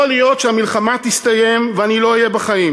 יכול להיות שהמלחמה תסתיים ואני לא אהיה בחיים.